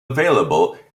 available